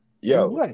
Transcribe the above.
Yo